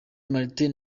martin